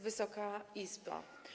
Wysoka Izbo!